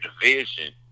division